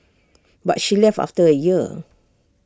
but she left after A year